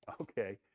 Okay